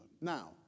Now